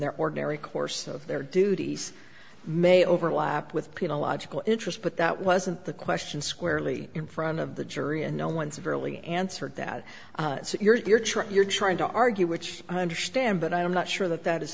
their ordinary course of their duties may overlap with people logical interest but that wasn't the question squarely in front of the jury and no one severely answered that it's your choice you're trying to argue which i understand but i'm not sure that that is